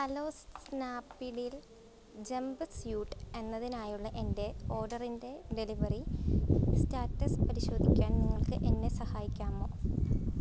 hello Snapdeal jump suit എന്നതിനായുള്ള എൻ്റെ ഓർഡറിൻ്റെ ഡെലിവറി സ്റ്റാറ്റസ് പരിശോധിക്കാൻ നിങ്ങൾക്കെന്നെ സഹായിക്കാമോ